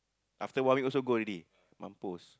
after one week also go already mampus